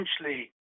essentially